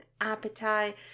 appetite